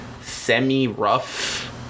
semi-rough